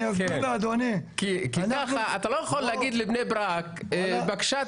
לאדוני -- כי אתה לא יכול להגיד לבני ברק: בבקשה,